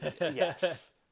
Yes